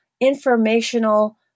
informational